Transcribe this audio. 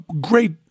great